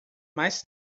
mais